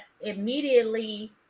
immediately